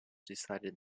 decided